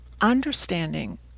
understanding